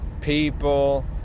people